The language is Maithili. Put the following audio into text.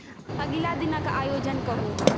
अगिला दिनक आयोजन कहू